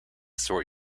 sort